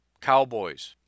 Cowboys